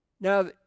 Now